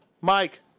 Mike